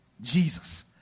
Jesus